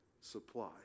supply